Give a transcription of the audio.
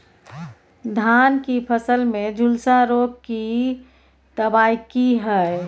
धान की फसल में झुलसा रोग की दबाय की हय?